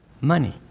money